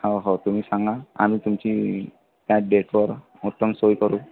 हो हो तुम्ही सांगा आम्ही तुमची त्याच डेटवर उत्तम सोय करू